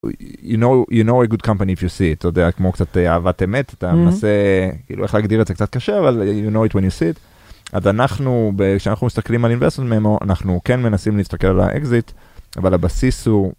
‏you know you know a good company if you see it, אתה יודע, כמו קצת אהבת אמת, אתה מנסה כאילו איך להגדיר את זה קצת קשה אבל you know it when you see it. אז אנחנו כשאנחנו מסתכלים על investment memo אמרו אנחנו כן מנסים להסתכל על האקזיט אבל הבסיס הוא...